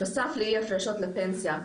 נוסף לאי-הפרשות לפנסיה.